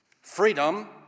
freedom